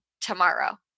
tomorrow